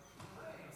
חרבות ברזל),